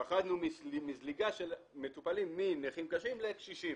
פחדנו מזליגה של מטופלים מנכים קשים לקשישים.